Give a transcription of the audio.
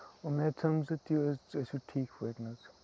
اُمید چھم زِ تُہۍ ٲسِو ٹھیٖک پٲٹھۍ حظ